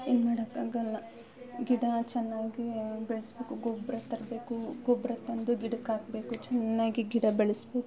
ಏನು ಮಾಡೋಕ್ಕಾಗಲ್ಲ ಗಿಡ ಚೆನ್ನಾಗೇ ಬೆಳೆಸ್ಬೇಕು ಗೊಬ್ಬರ ತರಬೇಕು ಗೊಬ್ಬರ ತಂದು ಗಿಡಕ್ಕಾಕ್ಬೇಕು ಚೆನ್ನಾಗಿ ಗಿಡ ಬೆಳಸಬೇಕು